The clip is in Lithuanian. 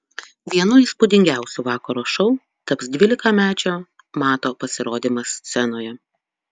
vienu įspūdingiausių vakaro šou taps dvylikamečio mato pasirodymas scenoje